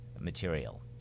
material